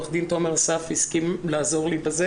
עורך דין תומר אסף הסכים לעזור לי בזה